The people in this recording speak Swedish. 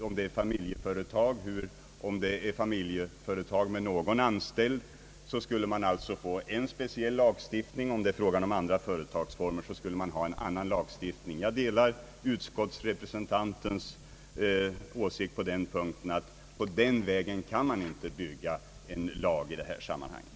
Om det är familjeföretag med någon enstaka anställd skall man ha en speciell lagstiftning, och om det är fråga om andra företagsformer skall man ha en annan lagstiftning. Jag delar utskottsrepresentantens åsikt på denna punkt, att man inte kan utforma en lag på det sättet.